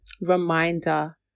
reminder